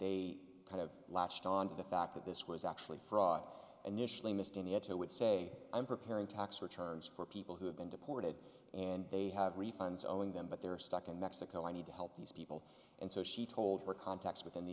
they kind of latched on to the fact that this was actually fraud initially missed and he had to would say i'm preparing tax returns for people who have been deported and they have refunds owing them but they're stuck in mexico i need to help these people and so she told her contacts within the